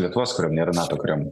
lietuvos kariuomenė yra nato kariuomenė